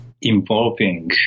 involving